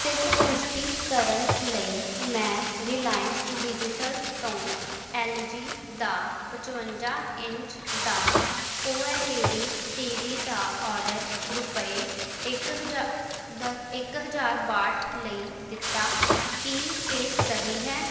ਸਿਰਫ਼ ਪੁਸ਼ਟੀ ਕਰਨ ਲਈ ਮੈਂ ਰਿਲਾਇੰਸ ਡਿਜੀਟਲ ਤੋਂ ਐੱਲ ਜੀ ਦਾ ਪਚਵੰਜਾ ਇੰਚ ਦਾ O L E D TV ਦਾ ਆਰਡਰ ਰੁਪਏ ਇੱਕ ਹਜ਼ਾਰ ਦ ਇੱਕ ਹਜ਼ਾਰ ਬਾਹਠ ਲਈ ਦਿੱਤਾ ਕੀ ਇਹ ਸਹੀ ਹੈ